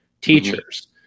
teachers